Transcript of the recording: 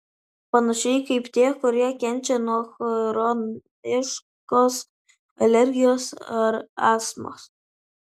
panašiai kaip tie kurie kenčia nuo chroniškos alergijos ar astmos